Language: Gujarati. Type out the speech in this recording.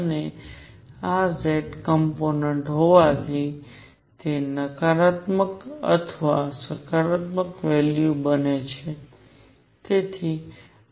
અને આ z કોમ્પોનેંટ હોવાથી તે નકારાત્મક અથવા સકારાત્મક વેલ્યુ બંને લઈ શકે છે